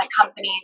companies